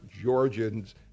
Georgians